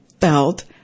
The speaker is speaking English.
felt